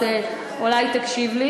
אז אולי תקשיב לי.